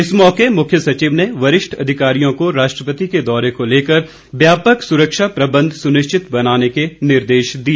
इस मौके मुख्य सचिव ने वरिष्ठ अधिकारियों को राष्ट्रपति के दौरे को लेकर व्यापक सुरक्षा प्रबंध सुनिश्चित बनाने के निर्देश दिए